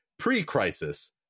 pre-crisis